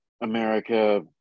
America